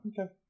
okay